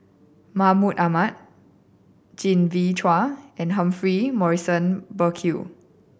Mahmud Ahmad Genevieve Chua and Humphrey Morrison Burkill